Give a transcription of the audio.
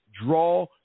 draw